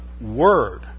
word